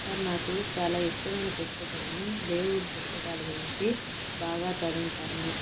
sir నాకు చాలా ఇష్టమైన పుస్తకము దేవుడి పుస్తాకాల గురించి బాగా చదువుతాను